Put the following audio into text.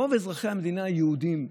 רוב אזרחי המדינה היהודים,